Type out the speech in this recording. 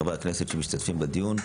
חברי הכנסת שמשתתפים בדיון.